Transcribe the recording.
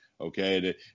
okay